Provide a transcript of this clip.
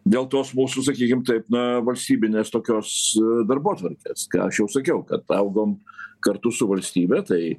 dėl tos mūsų sakykim taip na valstybinės tokios darbotvarkės ką aš jau sakiau kad augam kartu su valstybe tai